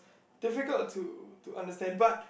difficult to to understand but